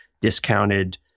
discounted